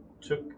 took